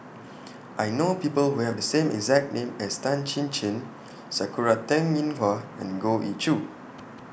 I know People Who Have The same exact name as Tan Chin Chin Sakura Teng Ying Hua and Goh Ee Choo